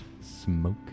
smoke